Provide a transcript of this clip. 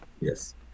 Yes